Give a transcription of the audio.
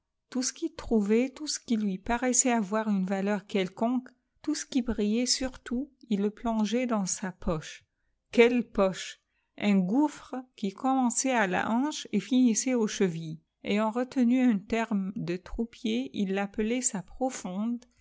tout ce qu'il trouvait tout ce qui lui paraissait avoir une valeur quelconque tout ce qui brillait surtout il le plongeait dans sa poche quelle poche un gouffie qui commençait à la hanche et finissait aux chevilles ayant retenu un terme de troupier il l'appelait sa profonde